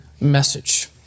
message